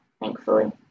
thankfully